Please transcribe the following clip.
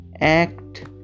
act